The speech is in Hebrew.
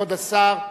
כבוד השר,